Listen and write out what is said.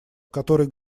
который